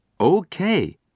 Okay